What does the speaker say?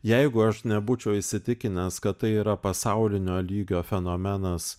jeigu aš nebūčiau įsitikinęs kad tai yra pasaulinio lygio fenomenas